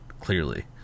clearly